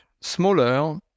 smaller